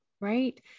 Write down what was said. right